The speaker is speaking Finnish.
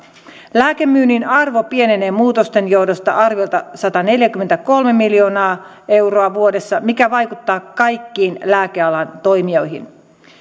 lääkemyynnin arvo pienenee muutosten johdosta arviolta sataneljäkymmentäkolme miljoonaa euroa vuodessa mikä vaikuttaa kaikkiin lääkealan toimijoihin